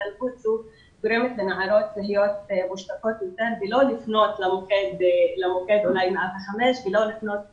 זה גורם לנערות להיות מושתקות ולא לפנות למוקד 105 ולא לפנות